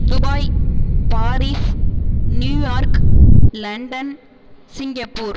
Dubai Paris New York London Singapore